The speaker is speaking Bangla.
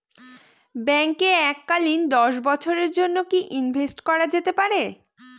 ব্যাঙ্কে এককালীন দশ বছরের জন্য কি ইনভেস্ট করা যেতে পারে?